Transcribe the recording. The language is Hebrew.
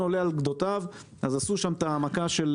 אני מעריכה מאוד את כל מי שעשה את הדרך הזו היום,